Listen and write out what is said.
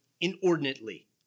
inordinately